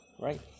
right